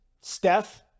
Steph